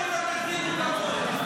מה צביעות?